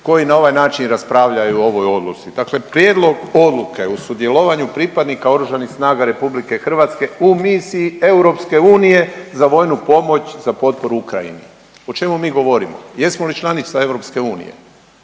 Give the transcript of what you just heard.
koji na ovaj način raspravljaju o ovoj Odluci. Dakle Prijedlog Odluke o sudjelovanju pripadnika OSRH u misiji EU za vojnu pomoć za potporu Ukrajini. O čemu mi govorimo? Jesmo li članica EU?